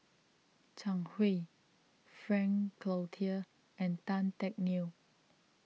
Zhang Hui Frank Cloutier and Tan Teck Neo